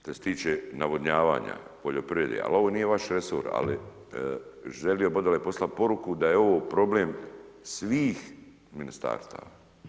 Šta se tiče navodnjavanja poljoprivrede, ali ovo nije vaš resor, ali želio bi ovdje poslati poruku, da je ovo problem svih ministarstava.